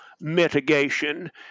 mitigation